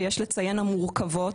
ויש לציין המורכבות,